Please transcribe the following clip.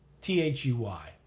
T-H-U-Y